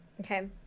Okay